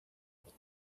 but